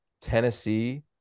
Tennessee